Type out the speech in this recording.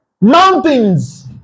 Mountains